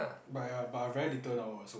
but ya but I very little now ah so